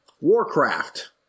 Warcraft